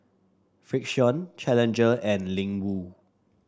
Frixion Challenger and Ling Wu